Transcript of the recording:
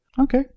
Okay